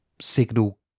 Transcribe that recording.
signal